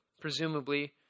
Presumably